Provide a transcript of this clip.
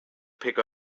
pick